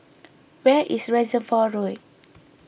where is Reservoir Road